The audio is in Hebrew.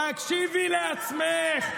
תקשיבי לעצמך.